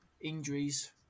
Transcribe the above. injuries